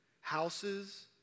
houses